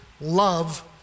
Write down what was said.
love